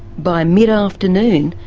by mid-afternoon,